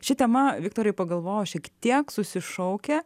ši tema viktorai pagalvojo šiek tiek susišaukia